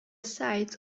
site